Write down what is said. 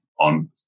on